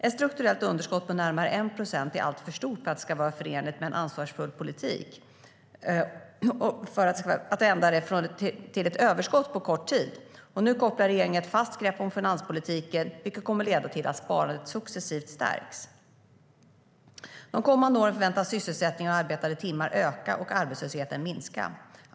Ett strukturellt underskott på närmare 1 procent är alltför stort för att det ska vara förenligt med en ansvarsfull politik att vända det till ett överskott på kort tid. Nu kopplar regeringen ett fast grepp om finanspolitiken, vilket kommer att leda till att sparandet successivt stärks. De kommande åren förväntas sysselsättningen och arbetade timmar öka och arbetslösheten minska.